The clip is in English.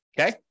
okay